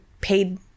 paid